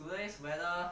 today's weather